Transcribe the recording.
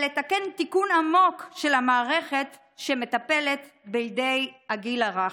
לתקן תיקון עמוק את המערכת שמטפלת בגיל הרך.